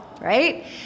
Right